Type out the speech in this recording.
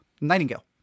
Nightingale